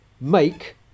make